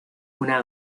una